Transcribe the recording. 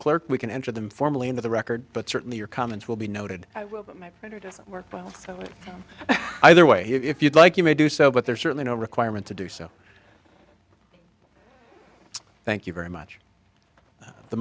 clerk we can enter them formally into the record but certainly your comments will be noted that it doesn't work well either way if you'd like you may do so but there's certainly no requirement to do so thank you very much the